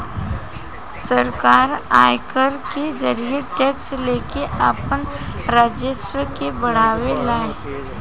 सरकार आयकर के जरिए टैक्स लेके आपन राजस्व के बढ़ावे ले